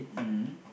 mmhmm